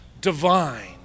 divine